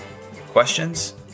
Questions